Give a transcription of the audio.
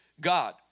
God